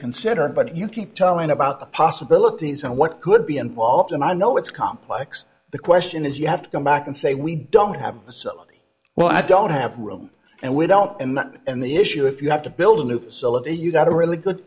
consider but you keep telling about the possibilities and what could be involved and i know it's complex the question is you have to go back and say we don't have well i don't have room and we don't and that in the issue if you have to build a new facility you've got a really good